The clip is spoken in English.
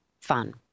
fun